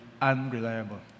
unreliable